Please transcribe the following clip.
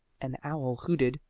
an owl hooted,